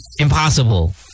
Impossible